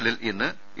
എല്ലിൽ ഇന്ന് എ